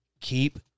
keep